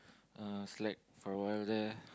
uh slack for a while there